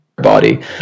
body